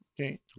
Okay